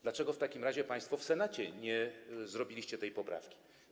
Dlaczego w takim razie państwo w Senacie nie zrobiliście tej poprawki?